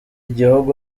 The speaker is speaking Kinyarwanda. gihugu